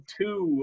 two